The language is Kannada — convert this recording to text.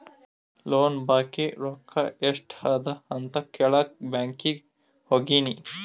ಲೋನ್ದು ಬಾಕಿ ರೊಕ್ಕಾ ಎಸ್ಟ್ ಅದ ಅಂತ ಕೆಳಾಕ್ ಬ್ಯಾಂಕೀಗಿ ಹೋಗಿನಿ